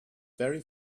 very